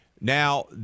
Now